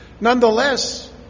Nonetheless